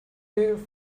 hair